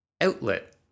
Outlet